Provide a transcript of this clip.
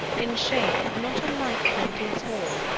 in shape not unlike plenty's horn,